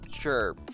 Sure